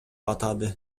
атады